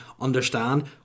understand